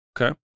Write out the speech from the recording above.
Okay